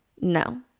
no